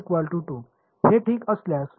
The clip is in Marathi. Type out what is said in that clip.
तर उदाहरणार्थ हे ठीक असल्यास